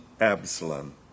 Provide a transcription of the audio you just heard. Absalom